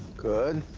good.